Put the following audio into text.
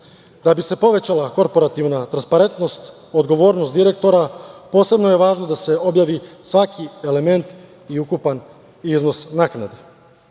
Da bi se povećala korporativna transparentnost, odgovornost direktora, posebno je važno da se objavi svaki element i ukupan iznos naknade. Ovaj